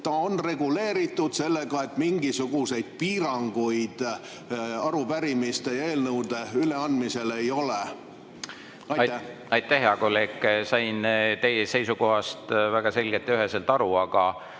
See on reguleeritud selliselt, et mingisuguseid piiranguid arupärimiste ja eelnõude üleandmise kohta ei ole. Aitäh, hea kolleeg! Sain teie seisukohast väga selgelt ja üheselt aru, aga